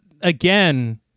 again